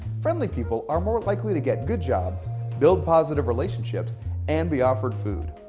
friendly people are more likely to get good jobs build positive relationships and we offered food.